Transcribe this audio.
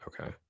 okay